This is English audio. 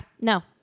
no